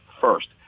first